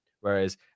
whereas